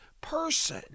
person